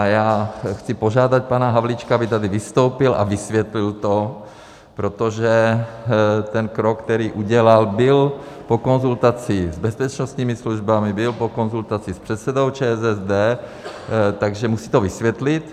Já chci požádat pana Havlíčka, aby tady vystoupil a vysvětlil to, protože ten krok, který udělal, byl po konzultaci s bezpečnostními službami, byl po konzultaci s předsedou ČSSD, takže to musí vysvětlit.